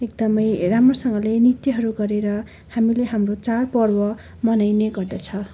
एकदमै राम्रोसँगले नृत्यहरू गरेर हामीले हाम्रो चाडपर्व मनाइने गर्दछ